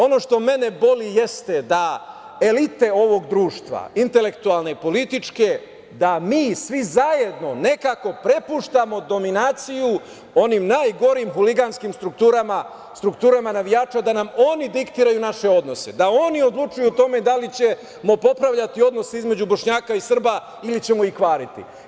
Ono što mene boli jeste da elite ovog društva, intelektualne i političke, da mi svi zajedno nekako prepuštamo dominaciju onim najgorim huliganskim strukturama navijača da nam oni diktiraju naše odnose, da oni odlučuju o tome da ćemo popravljati odnos između Bošnjaka i Srba ili ćemo ih kvariti.